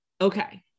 Okay